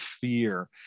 fear